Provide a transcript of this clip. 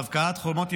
על הבקעת חומות ירושלים,